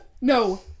No